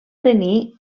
tenir